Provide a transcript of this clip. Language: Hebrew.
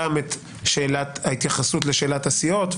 גם את ההתייחסות לשאלת הסיעות,